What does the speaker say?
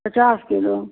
पचास कीलो